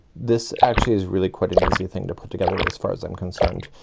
this actually is really quite an easy thing to put together as far as i'm concerned.